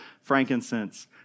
frankincense